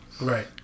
Right